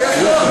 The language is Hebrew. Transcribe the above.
טוב,